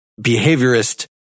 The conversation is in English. behaviorist